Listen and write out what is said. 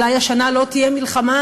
אולי השנה לא תהיה מלחמה,